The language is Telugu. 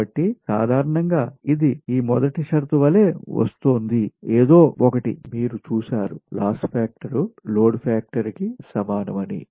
కాబట్టి సాధారణంగా ఇది ఈ మొదటి షరతు వలె వస్తోందిఏదో ఒకటిమీరు చూసారు లాస్ ఫాక్టర్ లోడ్ ఫాక్టర్ కి సమానమని